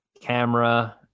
camera